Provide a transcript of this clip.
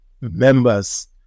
members